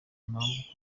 impamvu